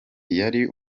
yari